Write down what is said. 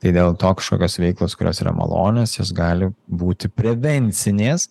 tai dėl to kažkokios veiklos kurios yra malonios jos gali būti prevencinės